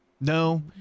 No